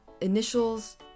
initials